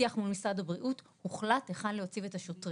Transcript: בשיח מול משרד הבריאות הוחלט היכן להציב את השוטרים.